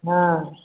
हॅं